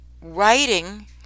writing